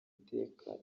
iteka